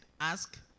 ask